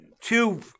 two